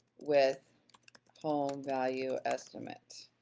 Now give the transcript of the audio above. with home value estimate?